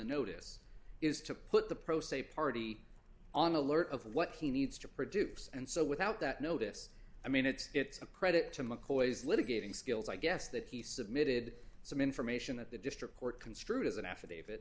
notice is to put the pro se party on alert of what he needs to produce and so without that notice i mean it's it's a predicate to mccoy's litigating skills i guess that he submitted some information at the district court construed as an affidavit